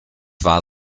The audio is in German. war